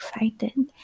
excited